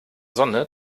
sonne